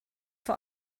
vor